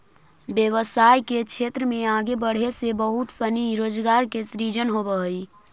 व्यवसाय के क्षेत्र में आगे बढ़े से बहुत सनी रोजगार के सृजन होवऽ हई